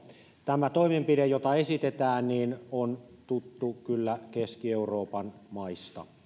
tämä toimenpide jota esitetään on tuttu kyllä keski euroopan maista